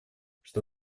что